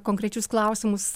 konkrečius klausimus